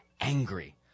Angry